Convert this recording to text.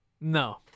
No